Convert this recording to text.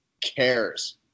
cares